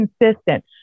consistent